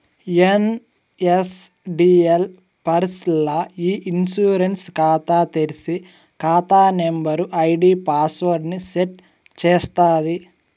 NSDL పూర్స్ ల్ల ఇ ఇన్సూరెన్స్ కాతా తెర్సి, కాతా నంబరు, ఐడీ పాస్వర్డ్ ని సెట్ చేస్తాది